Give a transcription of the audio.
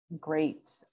great